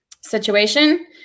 situation